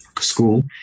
school